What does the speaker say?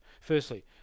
Firstly